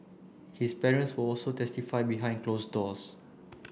his parents will also testify behind closed doors